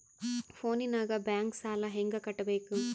ಫೋನಿನಾಗ ಬ್ಯಾಂಕ್ ಸಾಲ ಹೆಂಗ ಕಟ್ಟಬೇಕು?